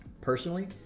Personally